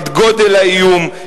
את גודל האיום,